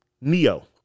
Neo